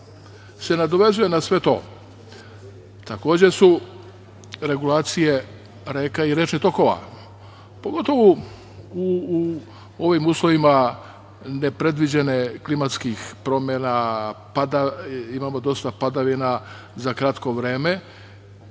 se nadovezuje na sve to, takođe su regulacije reka i rečnih tokova, pogotovo u ovim uslovima nepredviđenih klimatskih promena, imamo dosta padavina za kratko vreme